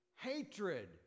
hatred